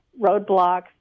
roadblocks